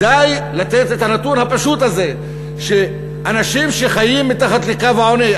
די לתת את הנתון הפשוט הזה שאנשים שחיים מתחת לקו העוני,